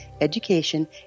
education